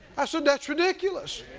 i said, that's ridiculous.